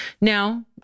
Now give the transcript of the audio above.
Now